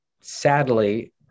Sadly